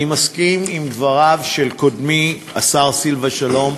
אני מסכים לדבריו של קודמי, השר סילבן שלום,